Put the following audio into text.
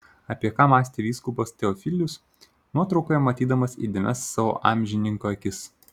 apie ką mąstė vyskupas teofilius nuotraukoje matydamas įdėmias savo amžininko akis